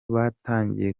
batangiye